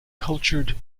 cultured